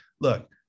Look